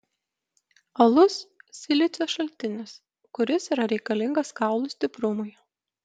alus silicio šaltinis kuris yra reikalingas kaulų stiprumui